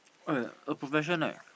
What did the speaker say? eh a profession eh